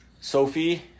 Sophie